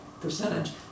percentage